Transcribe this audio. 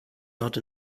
not